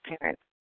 parents